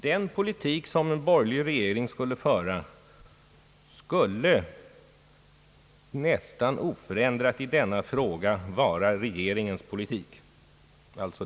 Den politik som en borgerlig regering skulle föra i denna fråga skulle vara nästan oförändrad densamma som den nuvarande regeringens.